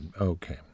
Okay